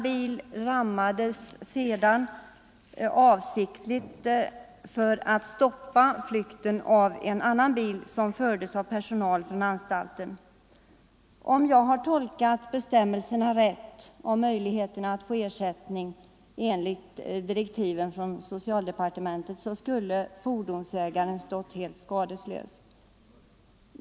sammansätt Om jag har tolkat anvisningarna från socialdepartementet rätt om möjningen av viss ligheten att få ersättning skulle fordonsägaren hållas helt skadelös.